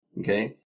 Okay